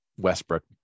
Westbrook